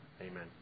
Amen